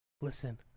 Listen